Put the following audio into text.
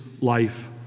life